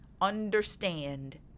understand